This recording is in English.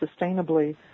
sustainably